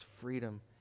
freedom